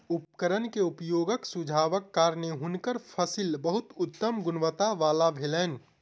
उपकरण के उपयोगक सुझावक कारणेँ हुनकर फसिल बहुत उत्तम गुणवत्ता वला भेलैन